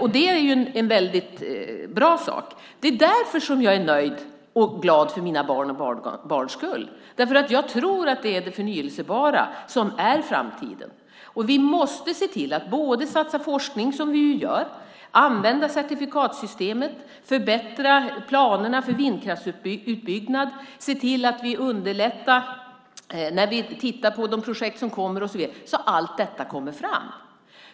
Det är en väldigt bra sak. Det är därför jag är nöjd och glad för mina barns och barnbarns skull. Jag tror att det är det förnybara som är framtiden. Vi måste se till att satsa på forskning, som vi ju gör, och på att använda certifikatsystemet, förbättra planerna för vindkraftsutbyggnad, se till att vi underlättar för nya projekt och så vidare så att allt detta kommer framåt.